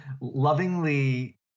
lovingly